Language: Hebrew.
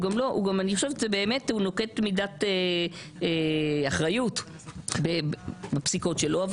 אני חושבת שבאמת הוא נוקט מידת אחריות בפסיקות שלו.